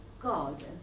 God